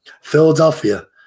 Philadelphia